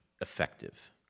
effective